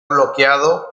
bloqueado